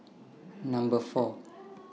Number four